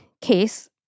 case